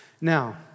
Now